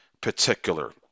particular